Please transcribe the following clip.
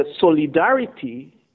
solidarity